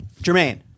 Jermaine